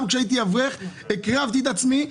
גם כשהייתי אברך הקרבתי את עצמי,